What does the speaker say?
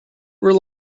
rely